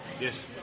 Yes